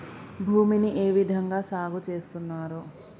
భూమిని ఏ విధంగా సాగు చేస్తున్నారు?